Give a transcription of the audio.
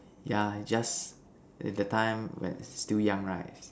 yeah I just at that time when still young right